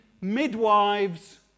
midwives